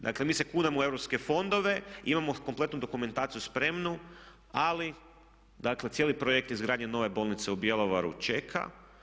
Dakle, mi se kunemo u EU fondove, imamo kompletnu dokumentaciju spremnu, ali dakle cijeli projekt izgradnje nove bolnice u Bjelovaru čeka.